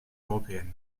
européenne